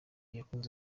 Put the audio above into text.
yahunze